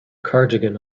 cardigan